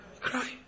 cry